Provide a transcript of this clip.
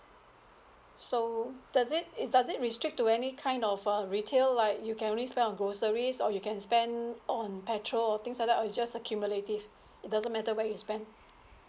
so does it is does it restrict to any kind of uh retail like you can only spend on groceries or you can spend on petrol or things like that or is just accumulative it doesn't matter where you spend